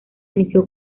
inició